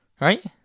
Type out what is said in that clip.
Right